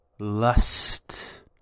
lust